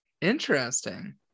interesting